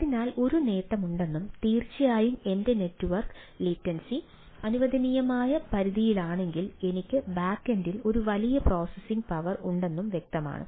അതിനാൽ ഒരു നേട്ടമുണ്ടെന്നും തീർച്ചയായും എന്റെ നെറ്റ്വർക്ക് ലേറ്റൻസി അനുവദനീയമായ പരിധിയിലാണെങ്കിൽ എനിക്ക് ബാക്കെൻഡിൽ ഒരു വലിയ പ്രോസസ്സിംഗ് പവർ ഉണ്ടെന്നും വ്യക്തമാണ്